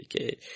Okay